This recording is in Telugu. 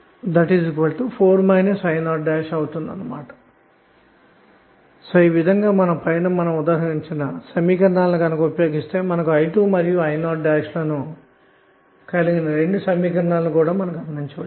కాబట్టినోడ్ 0 వద్ద మీరు KCL నువర్తిస్తే i3i1 i04 i0 పైన ఉపయోగించిసమీకరణాలు ఉపయోగిస్తే మనకుi 2 మరియు i0లను కలిగిన 2 సమీకరణలు లభిస్తాయి